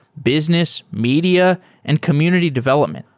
business, media and community development.